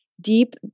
deep